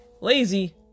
lazy